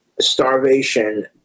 Starvation